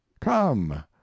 Come